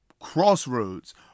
crossroads